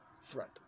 threat